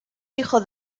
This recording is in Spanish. hijo